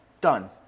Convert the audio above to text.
Done